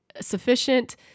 sufficient